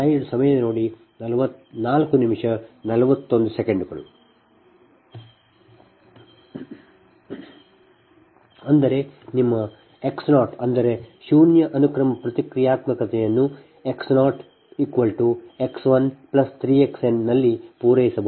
ಅಂದರೆ ನಿಮ್ಮ X 0 ಅಂದರೆ ಶೂನ್ಯ ಅನುಕ್ರಮ ಪ್ರತಿಕ್ರಿಯಾತ್ಮಕತೆಯನ್ನು X 0 X 1 3X n ನಲ್ಲಿ ಪೂರೈಸಬಹುದು